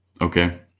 okay